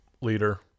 leader